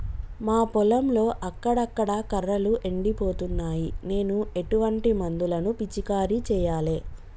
మా పొలంలో అక్కడక్కడ కర్రలు ఎండిపోతున్నాయి నేను ఎటువంటి మందులను పిచికారీ చెయ్యాలే?